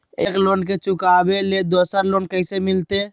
एक लोन के चुकाबे ले दोसर लोन कैसे मिलते?